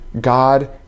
God